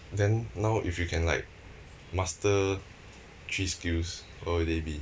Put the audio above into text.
then now if you can like master three skills what would they be